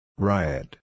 Riot